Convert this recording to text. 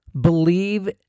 Believe